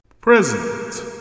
present